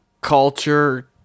Culture